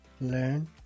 learn